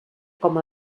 com